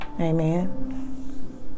Amen